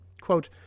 Quote